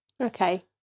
Okay